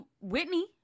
whitney